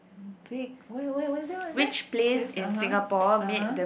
a big wha~ what what is that what is that (uh huh) (uh huh)